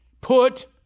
Put